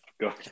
Go